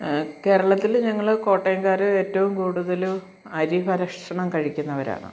കേരളത്തിൽ ഞങ്ങൾ കോട്ടയംകാർ ഏറ്റവും കൂടുതൽ അരി ഭക്ഷണം കഴിക്കുന്നവരാണ്